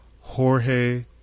Jorge